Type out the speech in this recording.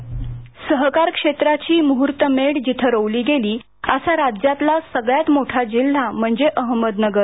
व्हिसी ध्वनी सहकार क्षेत्राची मुहूर्तमेढ जिथं रोवली गेली असा राज्यातला सगळ्यात मोठा जिल्हा म्हणजे अहमदनगर